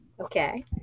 Okay